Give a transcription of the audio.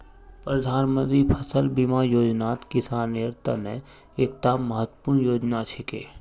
प्रधानमंत्री फसल बीमा योजनात किसानेर त न एकता महत्वपूर्ण योजना छिके